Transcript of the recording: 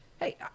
Hey